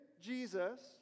Jesus